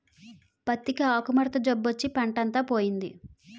పత్తికి ఆకుముడత జబ్బొచ్చి పంటంతా పోయింది